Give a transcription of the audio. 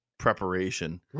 preparation